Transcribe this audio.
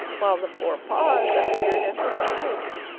while the four paws appeared at the sides.